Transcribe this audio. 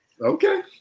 Okay